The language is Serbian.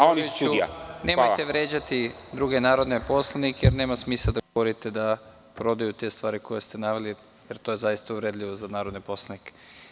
Molim vas, gospodine Milivojeviću, nemojte vređati druge narodne poslanike jer nema smisla da govorite da prodaju te stvari koje ste naveli, jer to je zaista uvredljivo za narodne poslanike.